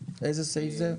איזה סעיף זה?